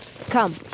Come